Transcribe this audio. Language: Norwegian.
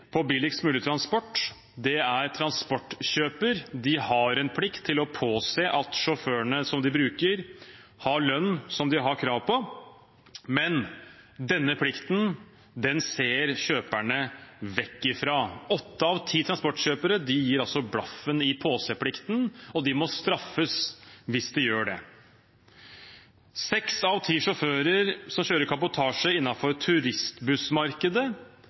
på billigst mulig transport. Det er transportkjøper. De har en plikt til å påse at sjåførene de bruker, har lønn de har krav på, men denne plikten ser kjøperne vekk fra. Åtte av ti transportkjøpere gir altså blaffen i påseplikten, og de må straffes hvis de gjør det. Seks av ti sjåfører som kjører kabotasje innenfor turistbussmarkedet,